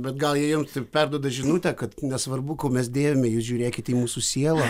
bet gal jau jiems taip perduoda žinutę kad nesvarbu kuo mes dėvime jūs žiūrėkit į mūsų sielą